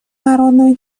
народной